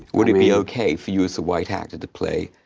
would it be okay for you as a white actor to play,